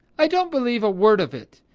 i don't believe a word of it.